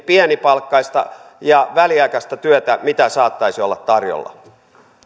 pienipalkkaista ja väliaikaista työtä mitä saattaisi olla tarjolla